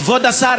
כבוד השר,